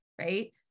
right